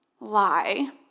lie